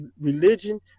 religion